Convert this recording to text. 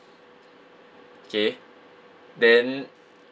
K then